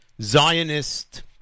Zionist